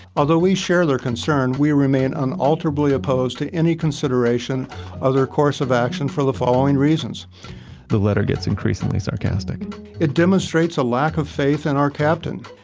although we share their concern, we remain inalterably opposed to any consideration other course of action for the following reasons the letter gets increasingly sarcastic it demonstrates a lack of faith in our captain.